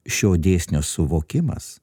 šio dėsnio suvokimas